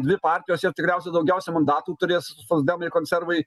dvi partijos ir tikriausia daugiausia mandatų turės socdemai konservai